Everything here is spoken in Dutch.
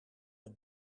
met